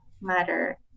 matter